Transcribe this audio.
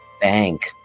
bank